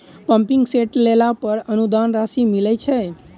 Pumping set लेला पर अनुदान राशि मिलय छैय?